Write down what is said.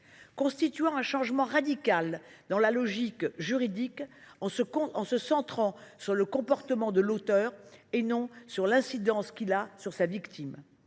constitue en outre un changement radical dans la logique juridique, en se centrant sur le comportement de l’auteur et non sur l’incidence de ses actes sur sa victime.